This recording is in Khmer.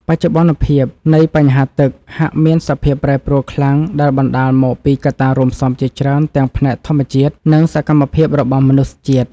បច្ចុប្បន្នភាពនៃបញ្ហាទឹក ហាក់មានសភាពប្រែប្រួលខ្លាំងដែលបណ្តាលមកពីកត្តារួមផ្សំជាច្រើនទាំងផ្នែកធម្មជាតិ និង សកម្មភាពរបស់មនុស្សជាតិ។